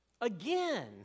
Again